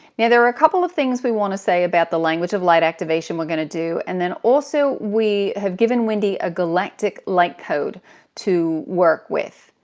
yeah there are a couple of things we want to say about the language of light activation we're going to do, and then also we have given wendy a galactic light code to work with.